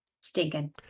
stinking